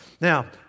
Now